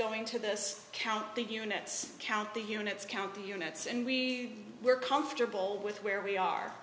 going to this count the units count the units count the units and we were comfortable with where we are